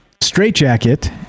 straitjacket